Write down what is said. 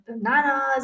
bananas